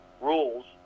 rules